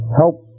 help